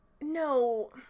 No